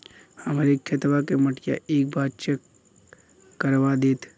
हमरे खेतवा क मटीया एक बार चेक करवा देत?